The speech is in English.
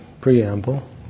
preamble